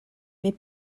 mais